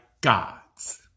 God's